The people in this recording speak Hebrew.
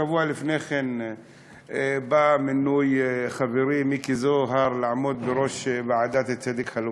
שבוע לפני כן בא מינוי חברי מיקי זוהר לעמוד בראש ועדה לצדק חלוקתי.